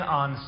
on